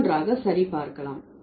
ஒவ்வொன்றாக சரிபார்க்கலாம்